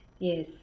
Yes